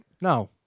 No